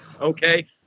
okay